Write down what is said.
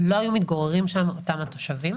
לא היו מתגוררים שם אותם התושבים,